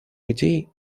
людей